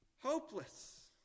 Hopeless